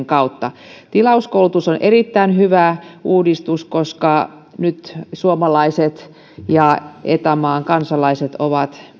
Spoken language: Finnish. kautta tilauskoulutus on erittäin hyvä uudistus koska nyt suomalaiset ja eta maan kansalaiset ovat